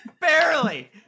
Barely